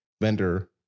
vendor